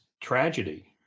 tragedy